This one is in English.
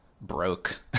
broke